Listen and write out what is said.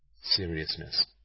seriousness